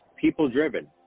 people-driven